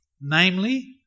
Namely